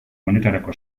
honetarako